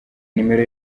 numero